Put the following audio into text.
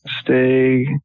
Stay